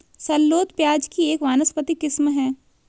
shallot प्याज़ की एक वानस्पतिक किस्म है